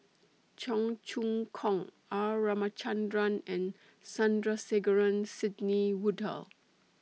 Cheong Choong Kong R Ramachandran and Sandrasegaran Sidney Woodhull